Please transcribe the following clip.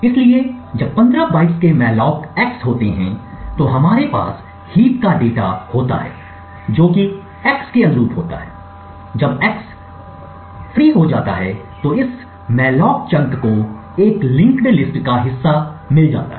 इसलिए जब 15 बाइट्स के मेलाक x होते हैं तो हमारे पास हीप का डेटा होता है जो कि x के अनुरूप होता है जब x मुक्त हो जाता है तो इस मेलॉक चंक को एक लिंक्ड लिस्ट का हिस्सा मिल जाता है